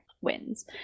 wins